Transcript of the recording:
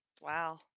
wow